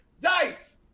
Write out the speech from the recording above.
Dice